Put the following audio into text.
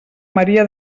maria